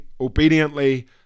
obediently